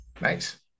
Nice